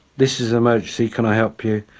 this is emergency, can i help you?